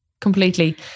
Completely